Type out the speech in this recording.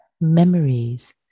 memories